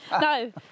No